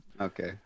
Okay